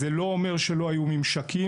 זה לא אומר שלא היו ממשקים.